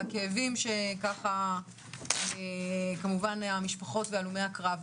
הכאבים שכמובן המשפחות והלומי הקרב,